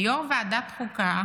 מיו"ר ועדת חוקה